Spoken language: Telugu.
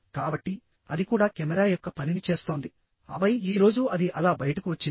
కాబట్టి అది కూడా కెమెరా యొక్క పనిని చేస్తోంది ఆపై ఈ రోజు అది అలా బయటకు వచ్చింది